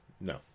No